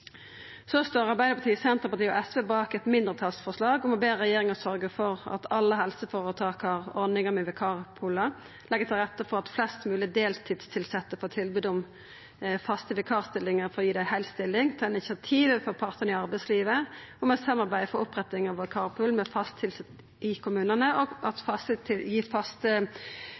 Så står Arbeidarpartiet, Senterpartiet og SV bak mindretalsforslag om å be regjeringa sørgja for at alle helseføretaka har ordningar med vikarpool, om å leggja til rette for at flest mogleg deltidstilsette får tilbod om fast vikarstilling for å gi dei heil stilling, om å ta eit initiativ overfor partane i arbeidslivet om eit samarbeid for oppretting av vikarpool med fast tilsette vikarar i kommunane, og